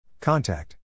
Contact